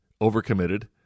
overcommitted